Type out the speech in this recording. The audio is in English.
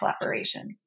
collaboration